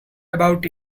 about